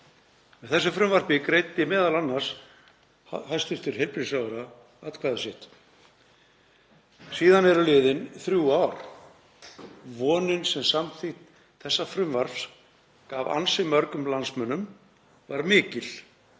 Með þessu frumvarpi greiddi m.a. hæstv. heilbrigðisráðherra atkvæði sitt. Síðan eru liðin þrjú ár. Vonin sem samþykkt þessa frumvarps gaf ansi mörgum landsmönnum var mikil.